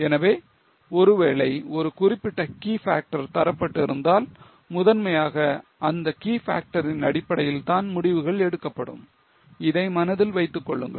எனவே ஒருவேளை ஒரு குறிப்பிட்ட key factor தரப்பட்டிருந்தால் முதன்மையாக அந்த key factor ன் அடிப்படையில் தான் முடிவுகள் எடுக்கப்படும் இதை மனதில் வைத்துக் கொள்ளுங்கள்